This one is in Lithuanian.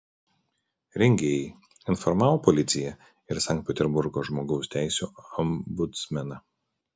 rengėjai informavo policiją ir sankt peterburgo žmogaus teisių ombudsmeną